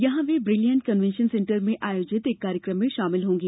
यहां वे brilliant convention centre में आयोजित एक कार्यक्रम में शामिल होंगी